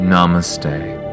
Namaste